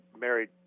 married